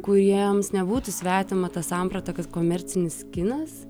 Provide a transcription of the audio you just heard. kūrėjams nebūtų svetima ta samprata kad komercinis kinas